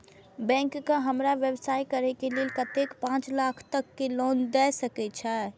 Bank का हमरा व्यवसाय करें के लेल कतेक पाँच लाख तक के लोन दाय सके छे?